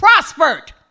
prospered